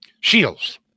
Shields